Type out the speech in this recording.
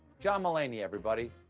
john mulaney, everybody.